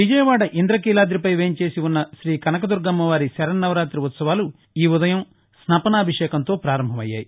విజయవాద ఇంద్రకీలాదిపై వేంచేసివున్న శ్రీ కనకదుర్గమ్మవారి శరన్నవరాతి ఉత్సవాలు ఈ ఉదయం స్నపనాభిషేకంతో పారంభం అయ్యాయి